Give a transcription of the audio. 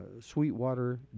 Sweetwater